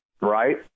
Right